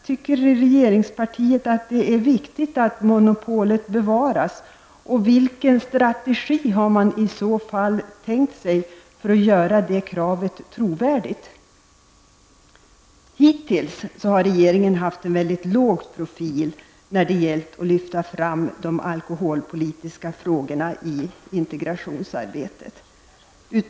Tycker regeringspartiet att det är viktigt att monopolet bevaras och vilken strategi har man i så fall tänkt sig för att göra det kravet trovärdigt? Hittills har regeringen haft en mycket låg profil när det gällt att lyfta fram de alkoholpolitiska frågorna i integrationsarbetet.